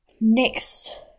next